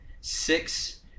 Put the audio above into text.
six